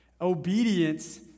Obedience